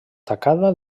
tacada